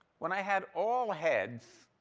when i had all heads,